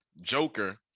Joker